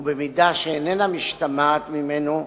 ובמידה שאיננה משתמעת ממנו,